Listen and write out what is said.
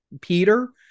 Peter